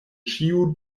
ĉiu